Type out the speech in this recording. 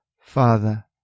Father